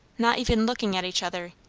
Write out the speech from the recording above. not even looking at each other,